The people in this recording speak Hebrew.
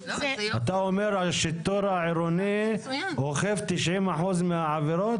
אתה אומר שהשיטור העירוני אוכף 90% מהעבירות?